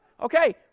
Okay